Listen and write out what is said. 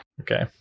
Okay